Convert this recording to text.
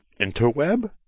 interweb